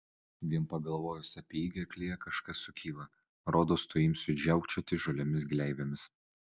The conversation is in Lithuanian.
vien pagalvojus apie jį gerklėje kažkas sukyla rodos tuoj imsiu žiaukčioti žaliomis gleivėmis